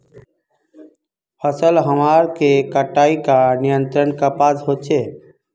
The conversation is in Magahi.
फसल हमार के कटाई का नियंत्रण कपास होचे?